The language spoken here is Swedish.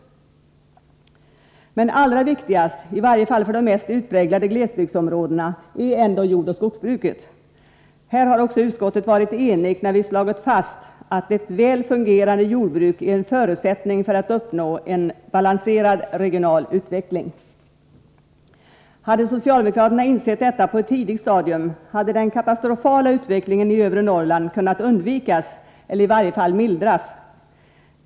Men allra viktigast — i varje fall för de mest utpräglade glesbygdsområdena —är ändå jordoch skogsbruket. Här har vi också i utskottet varit eniga när vi slagit fast att ”ett väl fungerande jordbruk är en förutsättning för att uppnå en balanserad regional utveckling”. Hade socialdemokraterna insett detta på ett tidigt stadium, hade den katastrofala utvecklingen i övre Norrland kunnat undvikas eller i varje fall mildras.